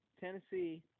Tennessee